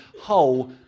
whole